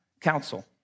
council